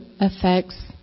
affects